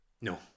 no